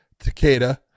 takeda